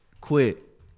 quit